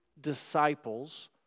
disciples